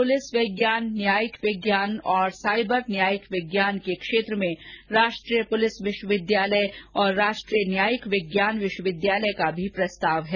police विज्ञान न्यायिक विज्ञान और साइबर न्यायिक विज्ञान के क्षेत्र में राष्ट्रीय पुलिस विश्वविद्यालय और राष्ट्रीय न्यायिक विज्ञान विश्वविद्यालय का भी प्रस्ताव है